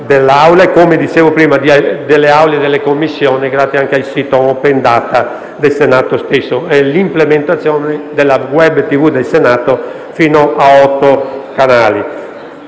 come dicevo prima, e delle Aule delle Commissioni, grazie anche al sito Open data del Senato stesso e l'implementazione della *web* TV del Senato fino a otto canali.